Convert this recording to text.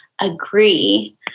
agree